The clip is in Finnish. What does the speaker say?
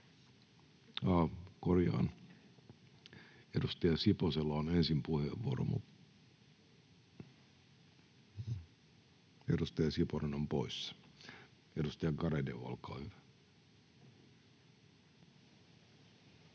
Korjaan, edustaja Siposella on ensin puheenvuoro. Edustaja Siponen on poissa. — Edustaja Garedew, olkaa hyvä.